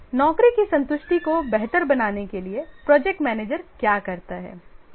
नौकरी की संतुष्टि को बेहतर बनाने के लिए प्रोजेक्ट मैनेजर क्या करता है